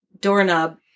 doorknob